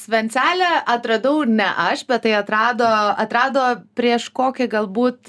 svencelę atradau ne aš bet tai atrado atrado prieš kokį galbūt